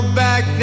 back